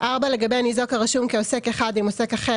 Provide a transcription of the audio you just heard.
לגבי ניזוק הרשום כעוסק אחד עם עוסק אחר